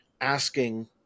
asking